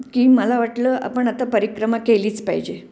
की मला वाटलं आपण आता परिक्रमा केलीच पाहिजे